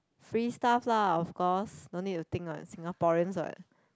free stuff lah of course no need to think what Singaporeans what